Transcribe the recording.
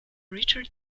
richer